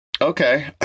Okay